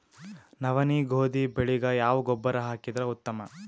ನವನಿ, ಗೋಧಿ ಬೆಳಿಗ ಯಾವ ಗೊಬ್ಬರ ಹಾಕಿದರ ಉತ್ತಮ?